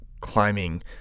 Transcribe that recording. climbing